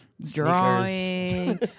drawing